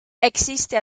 existe